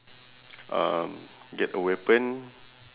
um get a weapon